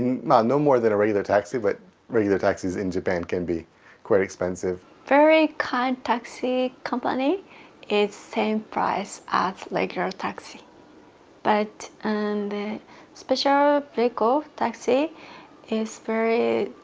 ah no more than a regular taxi but regular taxis in japan can be quite expensive very kind taxi company is same price as like regular ah taxi but and the special vehicle taxi is very